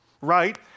right